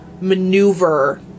maneuver